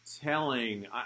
Telling